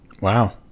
Wow